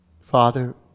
Father